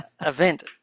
event